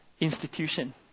institution